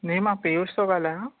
नहीं मां पियूष थो ॻाल्हायां